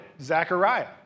Zechariah